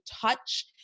touch